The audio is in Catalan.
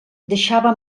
deixava